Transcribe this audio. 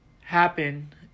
happen